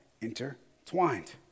intertwined